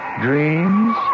dreams